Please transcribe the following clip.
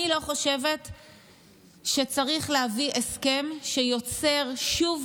אני לא חושבת שצריך להביא הסכם שיוצר שוב